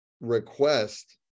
request